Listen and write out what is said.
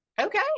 Okay